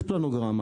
יש פלנוגרמה,